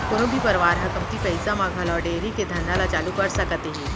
कोनो भी परवार ह कमती पइसा म घलौ डेयरी के धंधा ल चालू कर सकत हे